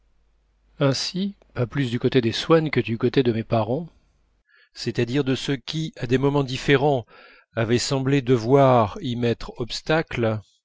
ainsi pas plus du côté des swann que du côté de mes parents c'est-à-dire de ceux qui à des moments différents avaient semblé devoir y mettre obstacle